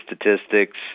statistics